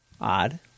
Odd